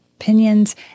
opinions